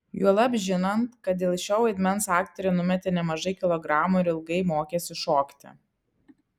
juolab žinant kad dėl šio vaidmens aktorė numetė nemažai kilogramų ir ilgai mokėsi šokti